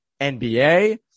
NBA